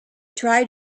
tried